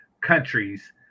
countries